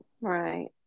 Right